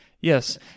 yes